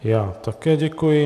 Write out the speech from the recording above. Já také děkuji.